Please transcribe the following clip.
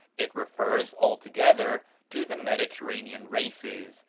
it refers altogether to the mediterranean races,